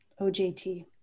OJT